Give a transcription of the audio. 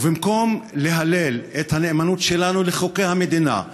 ובמקום להלל את הנאמנות שלנו לחוקי המדינה,